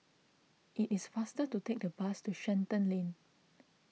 it is faster to take the bus to Shenton Lane